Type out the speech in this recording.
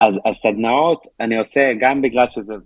אז הסדנאות, אני עושה גם בגלל שזה...